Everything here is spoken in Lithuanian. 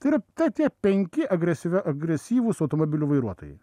tai yra ta tie penki agresyvia agresyvūs automobilių vairuotojai